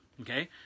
okay